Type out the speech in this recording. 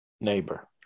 neighbor